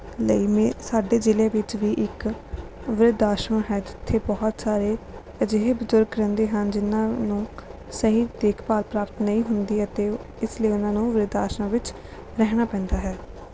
ਲਈ ਸਾਡੇ ਜਿਲ੍ਹੇ ਵਿੱਚ ਵੀ ਇੱਕ ਬਿਰਧ ਆਸ਼ਰਮ ਹੈ ਜਿੱਥੇ ਬਹੁਤ ਸਾਰੇ ਅਜਿਹੇ ਬਜ਼ੁਰਗ ਰਹਿੰਦੇ ਹਨ ਜਿਨ੍ਹਾਂ ਨੂੰ ਸਹੀ ਦੇਖਭਾਲ ਪ੍ਰਾਪਤ ਨਹੀਂ ਹੁੰਦੀ ਅਤੇ ਇਸ ਲਈ ਉਨ੍ਹਾਂ ਨੂੰ ਬਿਰਧ ਆਸ਼ਰਮ ਵਿੱਚ ਰਹਿਣਾ ਪੈਂਦਾ ਹੈ